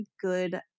good